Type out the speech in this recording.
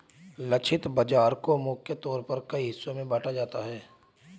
लक्षित बाजार को मुख्य तौर पर कई हिस्सों में बांटा जाता है